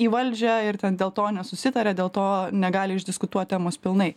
į valdžią ir ten dėl to nesusitaria dėl to negali išdiskutuot temos pilnai